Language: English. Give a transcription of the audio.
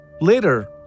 Later